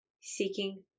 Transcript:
seeking